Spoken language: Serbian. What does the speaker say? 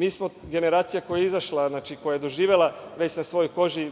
Mi smo generacija koja je izašla, koja je doživela na svojoj koži